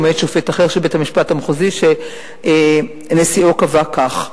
מאת שופט אחר של בית-המשפט המחוזי שנשיאו קבע לכך".